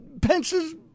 Pence's